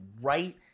right